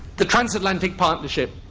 the transatlantic partnership.